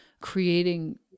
creating